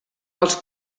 els